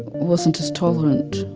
wasn't as tolerant